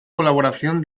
colaboración